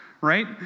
right